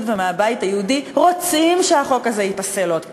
ומהבית היהודי רוצים שהחוק הזה ייפסל עוד הפעם.